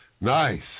Nice